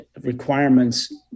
requirements